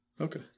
Okay